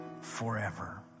forever